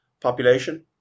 population